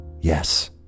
yes